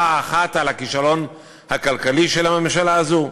אחת על הכישלון הכלכלי של הממשלה הזו?